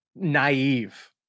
naive